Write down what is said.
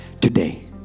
today